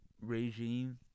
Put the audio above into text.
regime